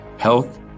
health